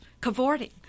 cavorting